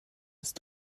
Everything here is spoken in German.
ist